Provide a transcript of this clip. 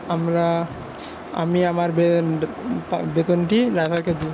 আমরা আমি আমার বে বেতনটি ড্রাইভারকে দিই